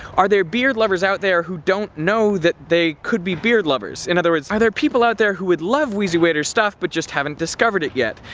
are there beardlovers out there who don't know that they could be beardlovers? in other words, are there people out there who would love wheezywaiter's stuff but haven't discovered it yet?